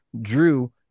drew